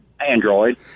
Android